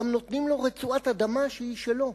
גם נותנים לו רצועת אדמה שהיא שלו.